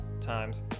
times